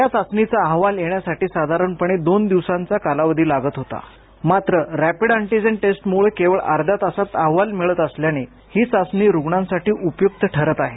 या चाचणीचा अहवाल येण्यासाठी साधारणपणे दोन दिवसांचा चा कालावधी लागत होता मात्र रॅपीड अॅटीजन टेस्टमुळे केवळ अध्या तासात अहवाल मिळत असल्याने ही चाचणी रूग्णांसाठी उपयुक्त ठरत आहेत